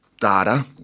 Data